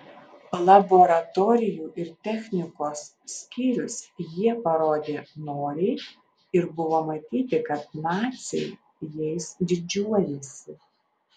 laboratorijų ir technikos skyrius jie parodė noriai ir buvo matyti kad naciai jais didžiuojasi